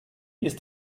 ist